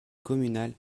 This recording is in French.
communale